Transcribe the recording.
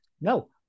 No